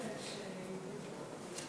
אדוני היושב-ראש,